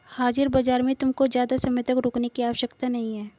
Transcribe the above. हाजिर बाजार में तुमको ज़्यादा समय तक रुकने की आवश्यकता नहीं है